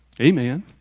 Amen